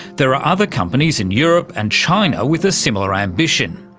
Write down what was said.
there are other companies in europe and china with a similar ambition.